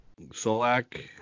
Solak